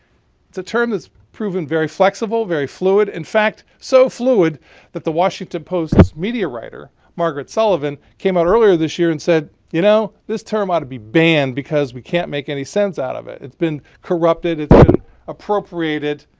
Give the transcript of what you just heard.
it's a term that's proven very flexible, very fluid. in fact, so fluid that the washington post's media writer margaret sullivan came out earlier this year and said, you know, this term ought to be banned because we can't make any sense out of it. it's been corrupted. it's been appropriated.